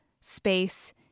space